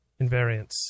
invariance